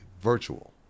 virtual